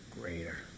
greater